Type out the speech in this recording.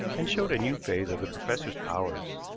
and showed a new phase of the professor's powers.